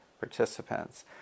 participants